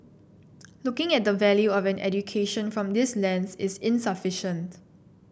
looking at the value of an education from this lens is insufficient